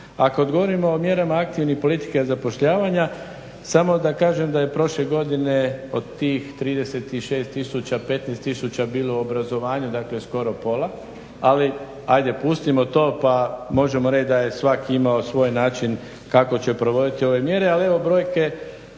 A kad govorimo o mjerama aktivne politike zapošljavanja samo da kažem da je prošle godine od tih 36 tisuća 15 tisuća bilo u obrazovanju, dakle skoro pola ali ajde pustimo to pa možemo reći da je svak imao svoj način kako će provoditi ove mjere. Ali evo brojke